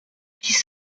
dix